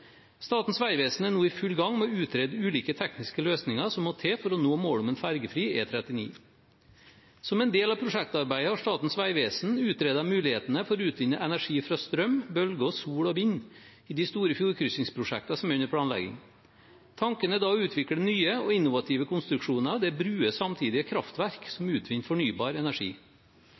Statens vegvesen er nå i full gang med å utrede ulike tekniske løsninger som må til for å nå målet om en ferjefri E39. Som en del av prosjektarbeidet har Statens vegvesen utredet mulighetene for å utvinne energi fra strøm, bølger, sol og vind i de store fjordkryssingsprosjektene som er under planlegging. Tanken er da å utvikle nye og innovative konstruksjoner der broer samtidig er kraftverk som utvinner fornybar energi.